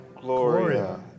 Gloria